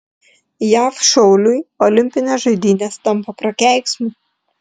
jav šauliui olimpinės žaidynės tampa prakeiksmu